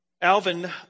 Alvin